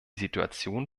situation